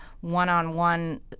one-on-one